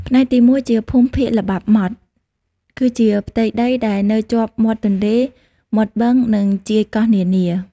ផ្នែកទី ១ ជាភូមិភាគល្បាប់ម៉ត់ គឺជាផ្ទៃដីដែលនៅជាប់មាត់ទន្លេ មាត់បឹង និងជាយកោះនានា។